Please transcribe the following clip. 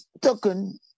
token